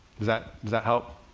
that, does that help?